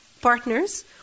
partners